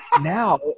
Now